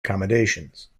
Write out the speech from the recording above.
accommodations